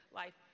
life